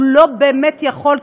הוא לא באמת יכול,